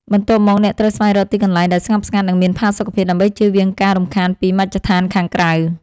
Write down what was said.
បន្ទាប់មក អ្នកត្រូវស្វែងរកទីកន្លែងដែលស្ងប់ស្ងាត់ និងមានផាសុកភាព ដើម្បីជៀសវាងការរំខានពីមជ្ឈដ្ឋានខាងក្រៅ។